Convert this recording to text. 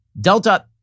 Delta